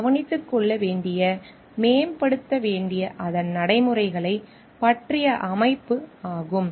கவனித்துக்கொள்ள வேண்டிய மேம்படுத்தப்பட வேண்டிய அதன் நடைமுறைகளைப் பற்றிய அமைப்பு ஆகும்